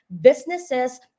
businesses